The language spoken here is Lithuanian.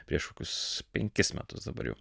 prieš kokius penkis metus dabar jau